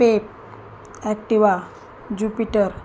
pep Activa jupiter